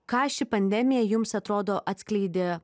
ką ši pandemija jums atrodo atskleidė